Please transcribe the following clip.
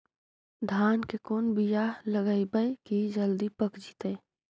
धान के कोन बियाह लगइबै की जल्दी पक जितै?